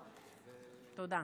תודה.